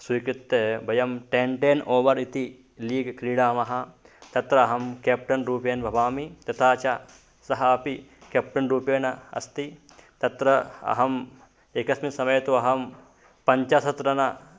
स्वीकृत्य वयं ten ten over इति लीग् क्रीडामः तत्र अहं केप्टन् रूपेण भवामि तथा च सः अपि केप्टन् रूपेण अस्ति तत्र अहम् एकस्मिन् समये तु अहं पञ्चाशत् रन